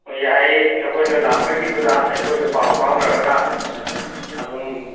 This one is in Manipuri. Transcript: ꯑꯣ ꯌꯥꯏꯌꯦ ꯅꯈꯣꯏꯅ ꯂꯥꯛꯄꯒꯤꯗꯨꯗ ꯑꯩꯈꯣꯏꯒ ꯄꯥꯎ ꯐꯥꯎꯅꯔꯒ ꯑꯗꯨꯝ